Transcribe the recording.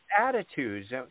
attitudes